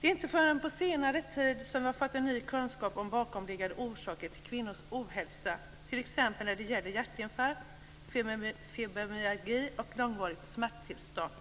Vi har på senare tid fått ny kunskap om bakomliggande orsaker till kvinnors ohälsa, t.ex. när det gäller hjärtinfarkt, fibromyalgi och långvarigt smärttillstånd.